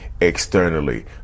externally